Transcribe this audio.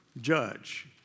judge